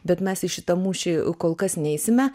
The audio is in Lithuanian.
bet mes į šitą mūšį kol kas neisime